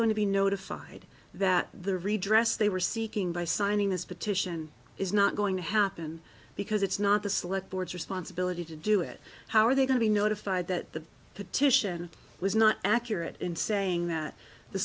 going to be notified that the redress they were seeking by signing this petition is not going to happen because it's not the select board's responsibility to do it how are they going to be notified that the petition was not accurate in saying that the